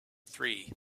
three